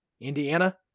Indiana